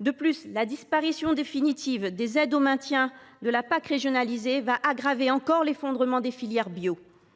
Sans compter que la disparition définitive des aides au maintien de la PAC régionalisée aggravera encore l’effondrement des filières bio.